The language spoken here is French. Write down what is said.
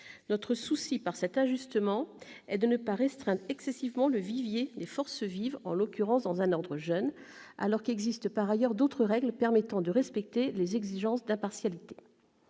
Notre souci, par cet ajustement, est de ne pas restreindre excessivement le vivier des « forces vives », en l'occurrence dans un ordre jeune, alors qu'existent par ailleurs d'autres règles permettant de respecter les exigences d'impartialité.